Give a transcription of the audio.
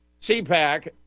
CPAC